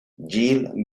gil